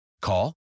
Call